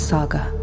Saga